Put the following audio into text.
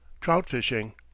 trout-fishing